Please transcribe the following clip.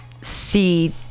see